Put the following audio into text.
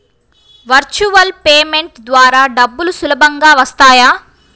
Virtual payment ద్వారా డబ్బులు సులభంగా వస్తాయా?